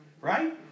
right